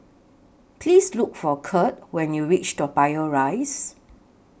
Please Look For Kirt when YOU REACH Toa Payoh Rise